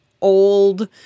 old